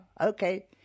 Okay